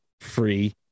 free